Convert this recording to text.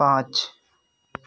पाँच